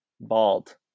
bald